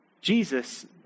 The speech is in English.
Jesus